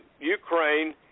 Ukraine